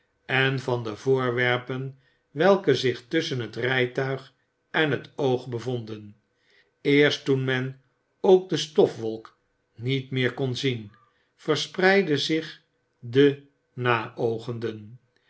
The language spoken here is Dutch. en van de voorwerpen welke zich tusschen het rijtuig en het oog bevonden eerst toen men ook de stofwolk niet meer kon zien verspreidden zich de